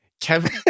Kevin